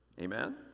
Amen